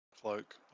cloak